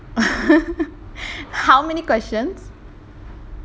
how many questions